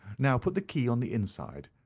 now put the key on the inside.